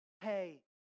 hey